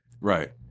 Right